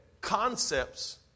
concepts